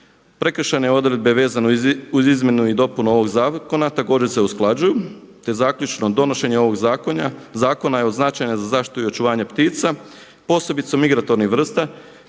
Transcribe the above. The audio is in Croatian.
Prekršajne odredbe vezane uz izmjenu i dopunu ovog zakona također se usklađuju, te zaključno donošenje ovog zakona je od značenja za zaštitu i očuvanje ptica posebice migratornih vrsta,